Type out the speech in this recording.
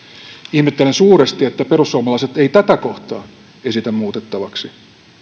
ihmettelen suuresti että perussuomalaiset eivät tätä kohtaa esitä muutettavaksi